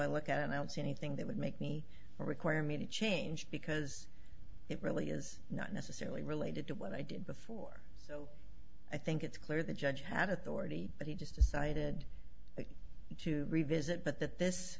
i look at and i don't see anything that would make me require me to change because it really is not necessarily related to what i did before i think it's clear the judge had authority but he just decided to revisit but th